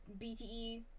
BTE